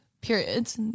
periods